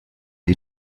sie